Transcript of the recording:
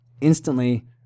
instantly